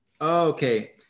okay